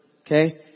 Okay